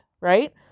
right